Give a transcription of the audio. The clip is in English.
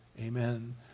amen